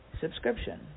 subscription